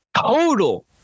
total